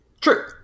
True